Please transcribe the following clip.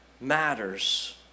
matters